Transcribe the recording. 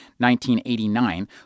1989